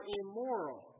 immoral